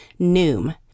Noom